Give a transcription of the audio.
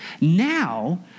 Now